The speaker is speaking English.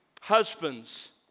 Husbands